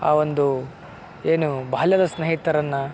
ಆ ಒಂದು ಏನು ಬಾಲ್ಯದ ಸ್ನೇಹಿತರನ್ನು